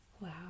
wow